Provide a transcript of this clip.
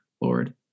Lord